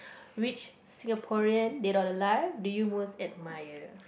which Singaporean dead or alive did you most admire